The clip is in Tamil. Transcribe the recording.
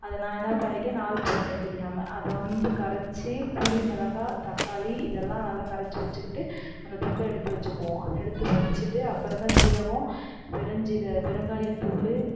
அதை நான் என்ன பண்ணிவிட்டேன் நாலு போட்டுவிட்டேன் தெரியாமல் அது வந்து கரைத்து புளி மிளகா தக்காளி இதெல்லாம் நல்லா கரைத்து வெச்சுக்கிட்டு அந்த பக்கம் எடுத்து வெச்சிக்குவோம் எடுத்து வெச்சுட்டு அப்புறம் தான் சீரகம் பெருஞ்சீர பெருங்காய தூள்